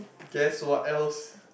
guess what else